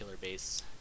base